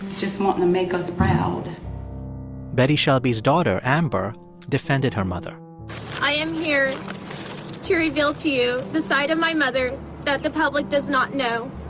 just wanting to make us proud betty shelby's daughter amber defended her mother i am here to reveal to you the side of my mother that the public does not know.